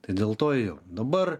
dėl to ėjau dabar